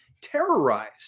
terrorized